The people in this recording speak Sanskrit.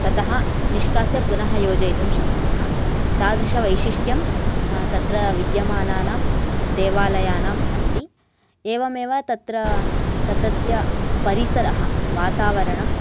ततः निष्कास्य पुनः योजयितुं शक्नुमः तादृशं वैशिष्ट्यं तत्र विद्यमानानां देवालयानाम् अस्ति एवमेव तत्र तत्रत्य परिसरः वातावरणं